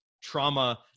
trauma